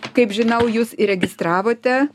kaip žinau jūs įregistravote